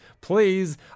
Please